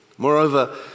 Moreover